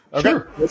Sure